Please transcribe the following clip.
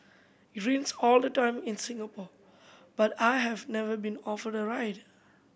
it rains all the time in Singapore but I have never been offered the ride